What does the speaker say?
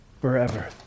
forever